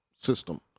system